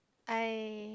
I